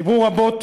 דיברו רבות